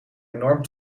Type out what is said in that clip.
enorm